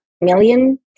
million